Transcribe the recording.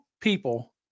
people